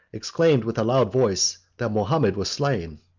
exclaimed, with a loud voice, that mahomet was slain.